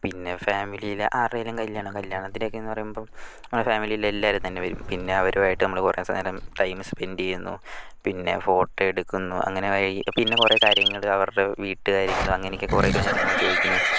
പിന്നെ ഫാമിലിയിൽ ആരുടെയെങ്കിലും കല്യാണമോ കല്യാണത്തിന് ഒക്കെ എന്ന് പറയുമ്പം ആ ഫാമിലിയിൽ എല്ലാവരും തന്നെ വരും പിന്നെ അവരുമായിട്ട് നമ്മൾ കുറെ നേരം ടൈം സ്പെൻഡ് ചെയ്യുന്നു പിന്നെ ഫോട്ടോ എടുക്കുന്നു അങ്ങനെ ആ വഴി പിന്നെ കുറെ കാര്യങ്ങൾ അവരുടെ വീട്ട് കാര്യങ്ങൾ അങ്ങനെ കുറെ കാര്യങ്ങൾ ചോദിക്കുന്നു